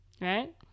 Right